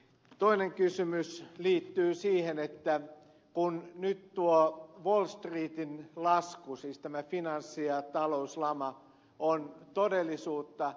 toinen kysymys liittyy siihen kun nyt tuo wall streetin lasku siis tämä finanssi ja talouslama on todellisuutta